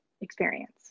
experience